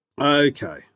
Okay